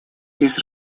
лишь